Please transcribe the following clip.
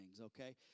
okay